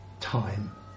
time